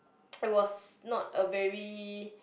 I was not a very